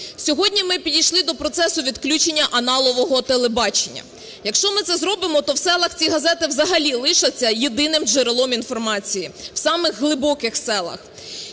Сьогодні ми підійшли до процесу відключення аналогового телебачення. Якщо ми це зробимо, то в селах ці газети взагалі лишаться єдиним джерелом інформації, в самих глибоких селах.